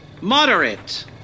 Moderate